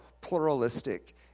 pluralistic